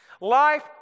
Life